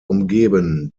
umgeben